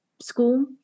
school